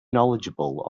knowledgeable